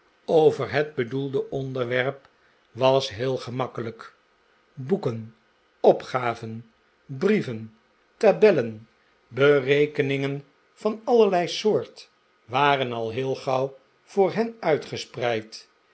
over het bedoelde onderwerp was heel gemakkelijk boeken opgaven brieven tabellen berekeningen van allerlei soort waren al heel gauw voor hen